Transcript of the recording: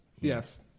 Yes